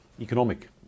economic